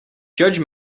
judge